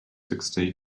sixty